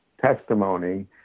testimony